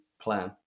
plan